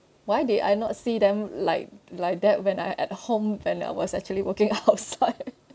why did I not see them like like that when I at home when I was actually working outside